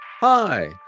Hi